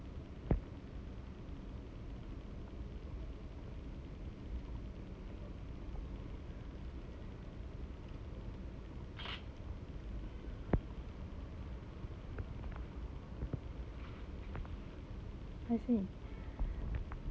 I see